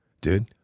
dude